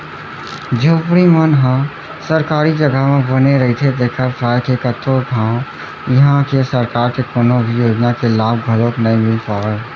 झोपड़ी मन ह सरकारी जघा म बने रहिथे तेखर पाय के कतको घांव इहां के सरकार के कोनो भी योजना के लाभ घलोक नइ मिल पावय